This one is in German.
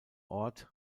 ort